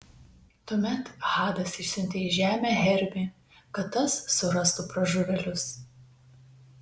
tuomet hadas išsiuntė į žemę hermį kad tas surastų pražuvėlius